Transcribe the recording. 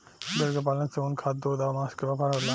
भेड़ के पालन से ऊन, खाद, दूध आ मांस के व्यापार होला